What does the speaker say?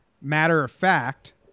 matter-of-fact